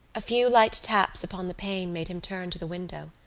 a few light taps upon the pane made him turn to the window.